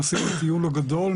שנוסעים לטיול הגדול,